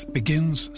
begins